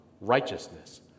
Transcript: righteousness